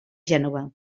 gènova